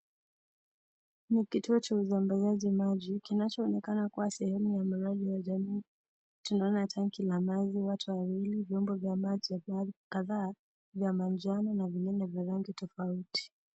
Ni kituo Cha usambazaji maji kinacho onekana kuwa sehemu ukuzaji majani. Tunaona Tanki la maji, watu wawili, vyombo vya maji kadha vya manjano na nyingine ya rangi tofauti.